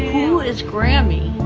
who is grammy?